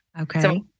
Okay